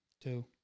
Two